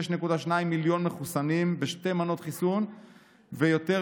6.2 מיליון מחוסנים בשתי מנות חיסון ויותר